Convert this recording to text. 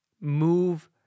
move